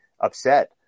upset